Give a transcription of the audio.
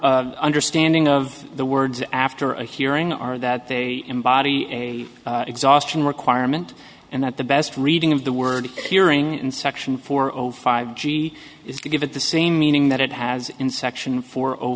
r understanding of the words after a hearing are that they embody a exhaustion requirement and that the best reading of the word appearing in section four or five g is to give it the same meaning that it has in section four o